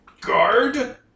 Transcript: Guard